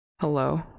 hello